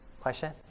Question